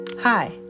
Hi